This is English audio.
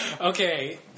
Okay